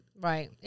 Right